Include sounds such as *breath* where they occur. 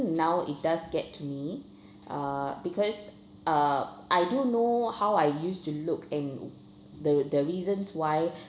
now it does get to me *breath* uh because uh I do know how I used to look and the the reasons why *breath*